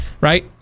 Right